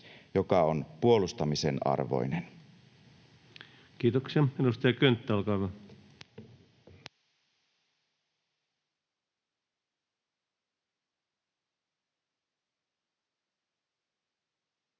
joka on puolustamisen arvoinen. Kiitoksia. — Edustaja Könttä, olkaa hyvä.